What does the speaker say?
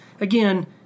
again